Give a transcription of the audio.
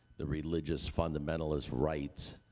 the religious fundamentalist right.